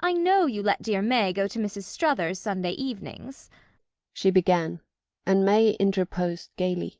i know you let dear may go to mrs. struthers's sunday evenings she began and may interposed gaily